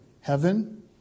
Heaven